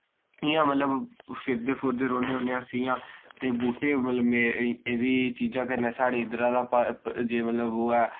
इय्यां मतलब फिरदे फुरदे रौह्न्ने होन्ने अस इय्यां ते बूह्टे मतलब में एह्दी चीजां कन्नै साढ़े इद्धरा जे मतलब ओह् ऐ